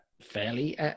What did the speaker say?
fairly